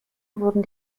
wurden